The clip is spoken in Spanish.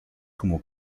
como